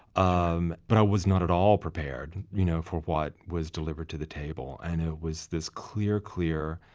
um but i was not at all prepared you know for what was delivered to the table. and it was this clear clear